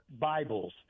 Bibles